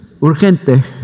urgente